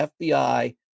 FBI